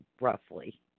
roughly